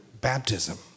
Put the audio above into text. baptism